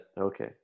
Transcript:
Okay